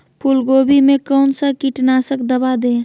फूलगोभी में कौन सा कीटनाशक दवा दे?